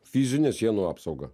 fizinę sienų apsaugą